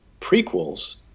prequels